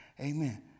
Amen